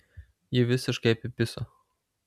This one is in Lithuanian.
jį visiškai apipiso